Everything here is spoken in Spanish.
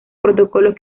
protocolos